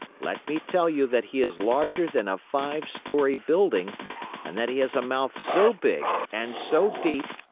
let me tell you that he is larger than a five story building and that he has a mouth so big and so deep,